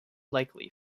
likely